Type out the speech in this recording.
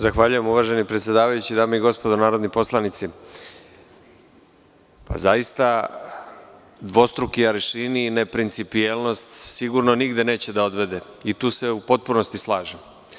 Zahvaljujem uvaženi predsedavajući, dame i gospodo narodni poslanici, zaista dvostruki aršini i neprincipijelnost sigurno neće nigde da odvede i tu se u potpunosti slažem.